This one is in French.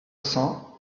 cents